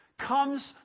comes